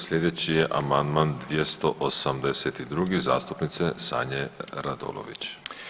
Slijedeći je amandman 282. zastupnice Sanje Radolović.